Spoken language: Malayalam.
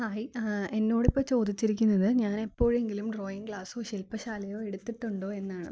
ഹായ് എന്നോട് ഇപ്പോൾ ചോദിച്ചിരിക്കുന്നത് ഞാൻ എപ്പോഴെങ്കിലും ഡ്രോയിങ് ക്ലാസ്സോ ശില്പ ശാലയോ എടുത്തിട്ടുണ്ടോ എന്നാണ്